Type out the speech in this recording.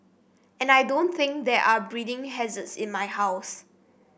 and I don't think there are breeding hazards in my house